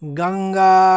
ganga